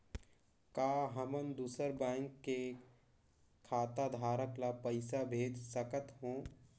का हमन दूसर बैंक के खाताधरक ल पइसा भेज सकथ हों?